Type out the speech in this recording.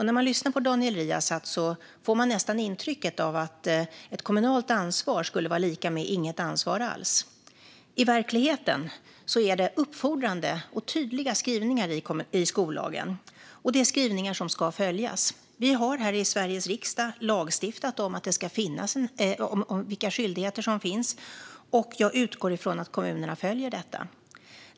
När man lyssnar på Daniel Riazat får man nästan intrycket att ett kommunalt ansvar skulle vara lika med inget ansvar alls. I verkligheten är det uppfordrande och tydliga skrivningar i skollagen, och det är skrivningar som ska följas. Vi har här i Sveriges riksdag lagstiftat om vilka skyldigheter som finns, och jag utgår från att kommunerna följer detta.